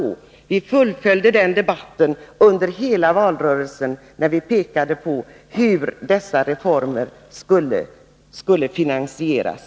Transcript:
Vi socialdemokrater fullföljde den debatten under hela valrörelsen, när vi pekade på hur dessa reformer skulle finansieras.